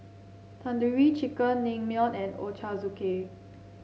Tandoori Chicken Naengmyeon and Ochazuke